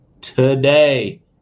today